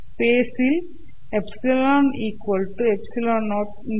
space ல் ε ε0 μ μ0